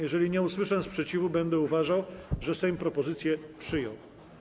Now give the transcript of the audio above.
Jeżeli nie usłyszę sprzeciwu, będę uważał, że Sejm propozycję przyjął.